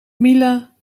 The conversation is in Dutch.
mila